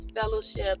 Fellowship